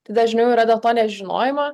tai dažniau yra dėl to nežinojimo